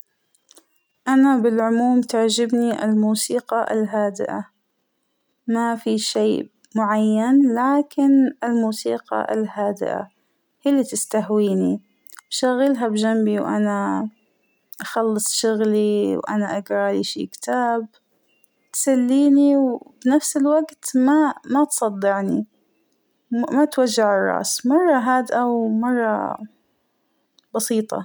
أنا بالعموم تعجبنى الموسيقى الهادئة ، ما فى شى معين لكن الموسيقى الهادئة هى اللى تستهوينى ، بشغلها بجنبى وأنا بخلص شغلى وأنا أقرالى شى كتاب ، بتسلينى وبنفس الوقت ما تصدعنى ، ما توجع الرأس مرة هادئة ومرة بسيطة.